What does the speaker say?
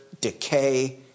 decay